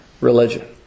religion